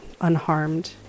unharmed